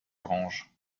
grange